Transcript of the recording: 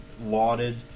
lauded